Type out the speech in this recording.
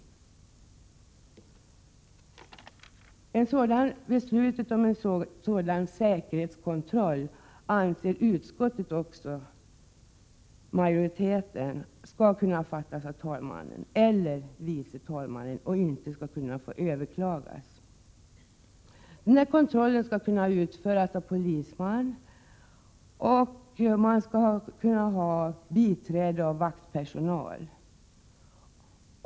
Utskottsmajoriteten anser att beslutet om en sådan säkerhetskontroll skall kunna fattas av talman eller vice talman och att det inte skall få överklagas. Kontrollen skall kunna utföras av polisman, som skall kunna ha biträde av vaktpersonal.